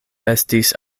estis